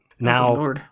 Now